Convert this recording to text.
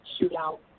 shootout